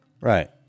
right